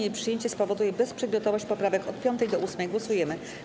Jej przyjęcie spowoduje bezprzedmiotowość poprawek od 5. do 8. Głosujemy.